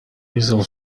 diesel